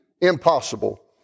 impossible